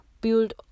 build